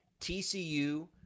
TCU